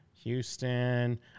Houston